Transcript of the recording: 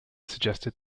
suggested